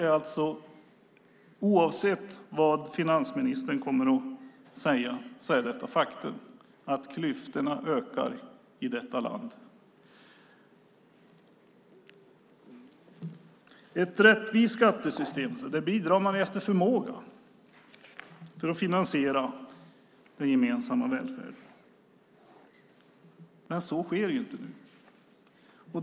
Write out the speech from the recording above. Oavsett vad finansministern kommer att säga är det ett faktum att klyftorna ökar i detta land. Med ett rättvist skattesystem bidrar man efter förmåga för att finansiera den gemensamma välfärden. Men så sker inte nu.